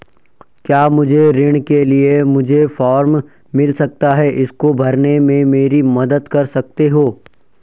क्या मुझे ऋण के लिए मुझे फार्म मिल सकता है इसको भरने में मेरी मदद कर सकते हो?